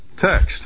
text